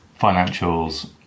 financials